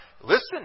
listen